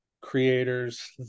creators